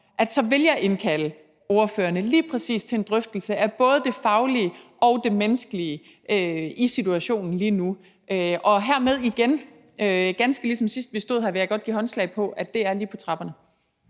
så vil jeg indkalde ordførerne lige præcis til en drøftelse af både det faglige og det menneskelige i situationen lige nu. Hermed vil jeg igen, ganske ligesom sidst, vi stod her, give håndslag på, at det er lige på trapperne.